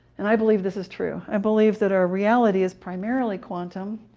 and i believe this is true. i believe that our reality is primarily quantum,